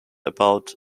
about